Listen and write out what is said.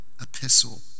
epistle